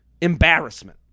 embarrassment